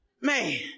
Man